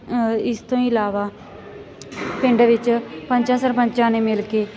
ਇਸ ਤੋਂ ਇਲਾਵਾ ਪਿੰਡ ਵਿੱਚ ਪੰਚਾਂ ਸਰਪੰਚਾਂ ਨੇ ਮਿਲ ਕੇ